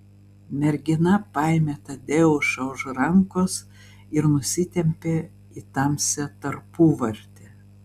mergina paėmė tadeušą už rankos ir nusitempė į tamsią tarpuvartę